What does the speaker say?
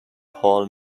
paul